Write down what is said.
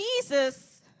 Jesus